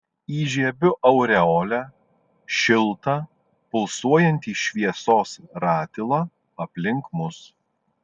įžiebiu aureolę šiltą pulsuojantį šviesos ratilą aplink mus